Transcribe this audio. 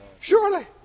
Surely